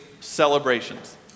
celebrations